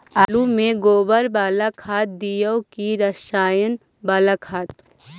आलु में गोबर बाला खाद दियै कि रसायन बाला खाद?